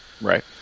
Right